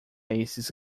esses